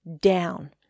down